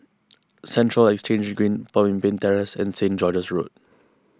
Central Exchange Green Pemimpin Terrace and Saint George's Road